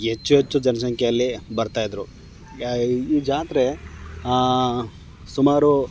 ಹೆಚ್ಚು ಹೆಚ್ಚು ಜನ ಸಂಖ್ಯೆಯಲ್ಲಿ ಬರ್ತಾಯಿದ್ರು ಈ ಜಾತ್ರೆ ಸುಮಾರು